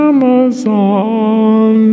Amazon